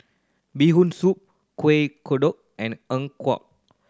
Bee Hoon Soup Kueh Kodok and eng